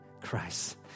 Christ